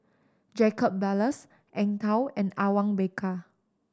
Jacob Ballas Eng Tow and Awang Bakar